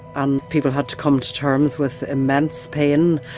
and people had to come to terms with immense pain.